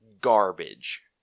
garbage